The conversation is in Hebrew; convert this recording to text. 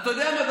אתה יודע מה,